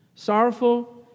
Sorrowful